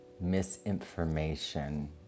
misinformation